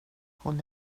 hon